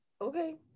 Okay